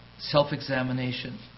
self-examination